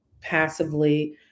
passively